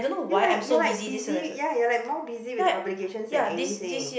you're like you're like busy ya you're like more busy with the publications than anything